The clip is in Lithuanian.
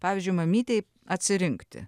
pavyzdžiui mamytei atsirinkti